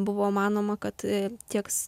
buvo manoma kad tiek